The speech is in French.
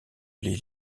les